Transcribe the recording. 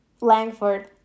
Langford